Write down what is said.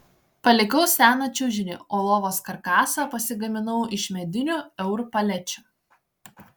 palikau seną čiužinį o lovos karkasą pasigaminau iš medinių eur palečių